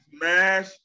Smash